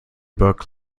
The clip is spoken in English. book